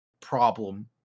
problem